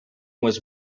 was